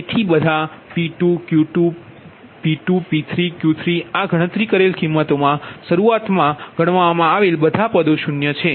તેથીબધા P2 Q2 P2 P3 Q3 આ ગણતરી કરેલ કિંમતોમાં શરૂઆતમાં ગણવામાં આવેલબધા 0 છે